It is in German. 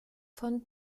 von